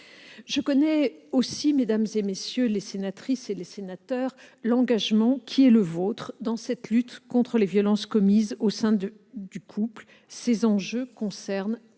Je connais aussi, mesdames les sénatrices, messieurs les sénateurs, l'engagement qui est le vôtre dans cette lutte contre les violences commises au sein du couple. Ces enjeux concernent